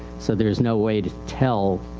so thereis no way to tell,